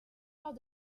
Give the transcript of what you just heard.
lors